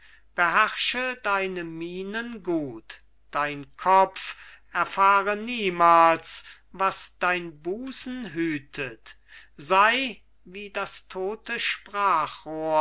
beherrsche deine mienen gut dein kopf erfahre niemals was dein busen hütet sei wie das tote sprachrohr